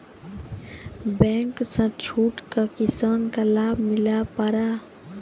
Bank से छूट का किसान का लाभ मिला पर?